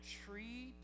tree